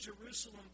Jerusalem